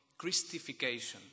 Christification